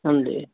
ਹਾਂਜੀ